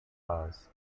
hers